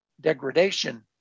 degradation